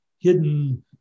hidden